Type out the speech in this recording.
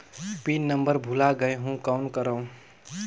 Pin number भुला गयें हो कौन करव?